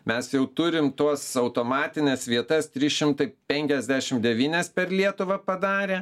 mes jau turim tuos automatines vietas trys šimtai penkiasdešimt devynias per lietuvą padarę